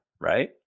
Right